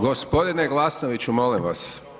Gospodine Glasnoviću molim vas.